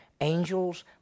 angels